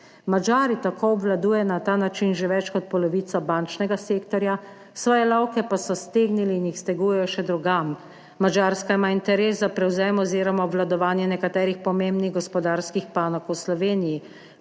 Madžari tako obvladujejo na ta način že več kot polovico bančnega sektorja, svoje lovke pa so stegnili in jih stegujejo še drugam. Madžarska ima interes za prevzem oz. obvladovanje nekaterih pomembnih gospodarskih panog v Sloveniji,